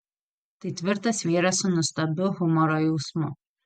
tai tvirtas vyras su nuostabiu humoro jausmu